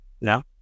No